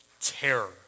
terror